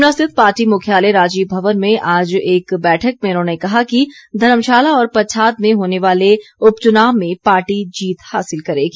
शिमला स्थित पार्टी मुख्यालय राजीव भवन में आज एक बैठक में उन्होंने कहा कि धर्मशाला और पच्छाद में होने वाले उपचुनाव में पार्टी जीत हासिल करेगी